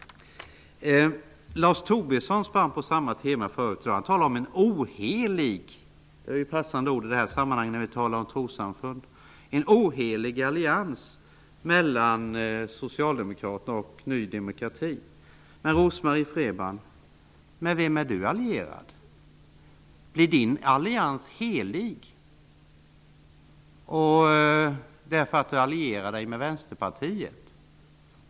Lars Tobisson spann på samma tema tidigare i dag. Han talade om en ohelig allians -- det är passande ord i detta sammanhang när vi talar om trossamfund -- mellan Socialdemokraterna och Ny demokrati. Med vem är Rose-Marie Frebran allierad? Blir hennes allians helig för att hon allierar sig med Vänsterpartiet?